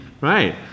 Right